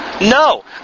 No